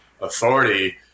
authority